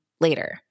later